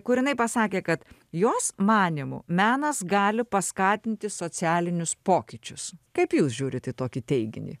kur jinai pasakė kad jos manymu menas gali paskatinti socialinius pokyčius kaip jūs žiūrit į tokį teiginį